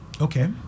Okay